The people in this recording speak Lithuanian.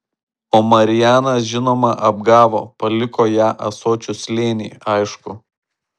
o marijanas žinoma apgavo paliko ją ąsočių slėny aišku